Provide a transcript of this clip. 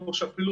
או שאפילו